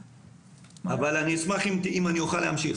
אשמח אם אוכל להמשיך.